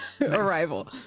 arrival